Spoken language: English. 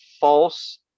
false